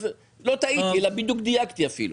אפילו דייקתי.